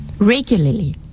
regularly